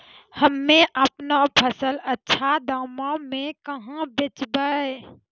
हम्मे आपनौ फसल अच्छा दामों मे कहाँ बेचबै?